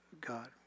God